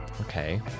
Okay